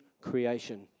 creation